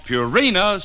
Purina